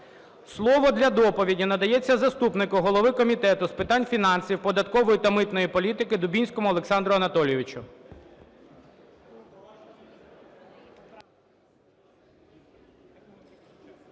Слово для доповіді надається заступнику голови Комітету з питань фінансів, податкової та митної політики Дубінському Олександру Анатолійовичу.